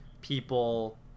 people